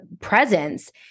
presence